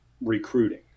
recruiting